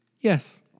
Yes